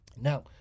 now